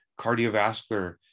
cardiovascular